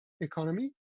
economy